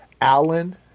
Alan